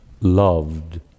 loved